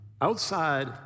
outside